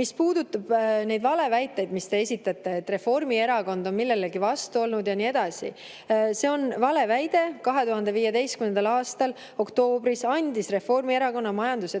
Mis puudutab neid valeväiteid, mis te esitate, et Reformierakond on millelegi vastu olnud ja nii edasi. See on vale väide. 2015. aasta oktoobris andis Reformierakonna majandus‑ ja